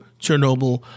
Chernobyl